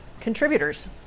contributors